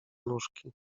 nóżki